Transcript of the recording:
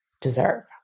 deserve